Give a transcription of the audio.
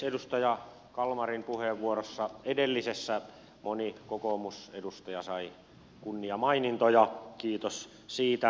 edustaja kalmarin puheenvuorossa edellisessä moni kokoomusedustaja sai kunniamainintoja kiitos siitä